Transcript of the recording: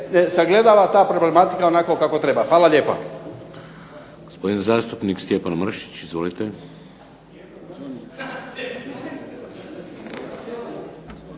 sagledava ta problematika onako kako treba. Hvala lijepa.